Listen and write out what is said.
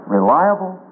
Reliable